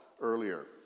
earlier